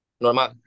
Normal